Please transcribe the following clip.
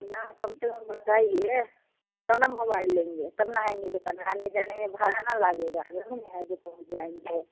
ना कम से कम बताइए तब ना मोबाइल लेंगे तब ना आएँगे दुकान में आने जाने में भाड़ा ना लागेगा हेंगनी है जो पहुँच जाएँगे